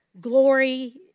glory